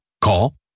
Call